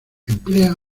emplea